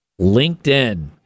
LinkedIn